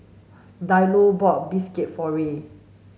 Diallo bought Bistake for Ray